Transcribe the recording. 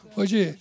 Hoje